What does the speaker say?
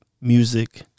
Music